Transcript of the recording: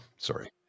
Sorry